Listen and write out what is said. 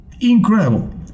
Incredible